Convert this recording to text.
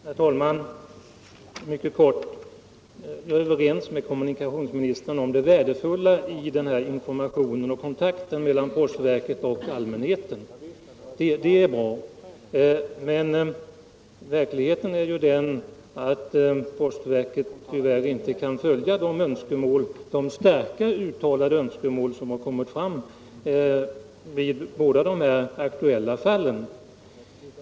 Herr talman! Bara en mycket kort replik. Jag är överens med kommunikationsministern om det värdefulla i denna information och i kontakten mellan postverket och allmänheten. Men verkligheten är ju den att postverket tyvärr inte kunnat följa de starkt uttalade önskemål som har kommit fram i båda de aktuella fallen.